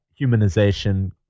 humanization